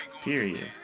Period